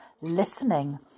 listening